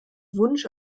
wunsch